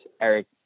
Eric